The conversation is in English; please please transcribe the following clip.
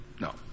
No